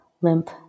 limp